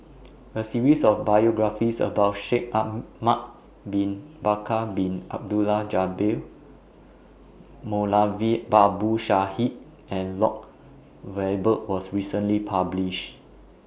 A series of biographies about Shaikh Ahmad Bin Bakar Bin Abdullah Jabbar Moulavi Babu Sahib and Lloyd Valberg was recently published